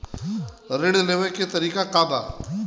ऋण लेवे के तरीका का बा?